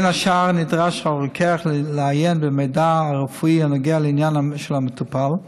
בין השאר נדרש הרוקח לעיין במידע הרפואי הנוגע לעניין של המטופל.